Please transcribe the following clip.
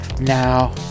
now